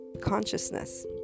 consciousness